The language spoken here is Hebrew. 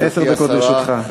עשר דקות לרשותך.